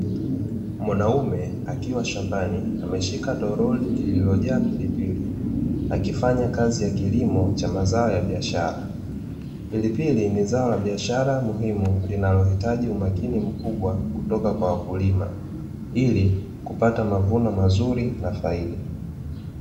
Mwanaume akiwa shambani ameshika toroli lililo jaa pilipili, akifanya kazi ya kilimo cha mazao ya ya biashara, pilipili ni zao la biashara muhimu linalohitaji umakini kutoka kwa wakulima ili kupata mazao mazuri na faida.